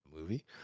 movie